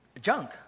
junk